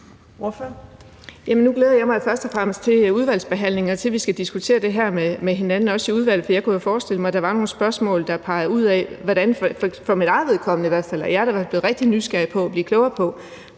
Nu glæder jeg mig først og fremmest til udvalgsbehandlingen og til, at vi skal diskutere det her med hinanden i udvalget, for jeg kunne jo forestille mig, at der var nogle spørgsmål, der pegede i nogle retninger, i hvert fald for mit eget vedkommende. Jeg er i hvert fald rigtig nysgerrig på og vil gerne blive klogere på,